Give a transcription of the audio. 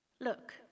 look